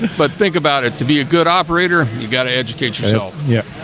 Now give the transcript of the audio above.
but think about it to be a good operator. you got to educate yourself yeah,